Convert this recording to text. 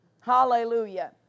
Hallelujah